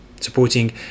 Supporting